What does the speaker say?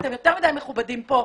אתם יותר מדי מכובדים פה,